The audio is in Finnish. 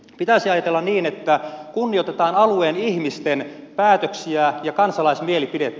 pitäisi ajatella niin että kunnioitetaan alueen ihmisten päätöksiä ja kansalaismielipidettä